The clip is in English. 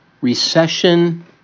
Recession